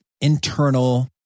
internal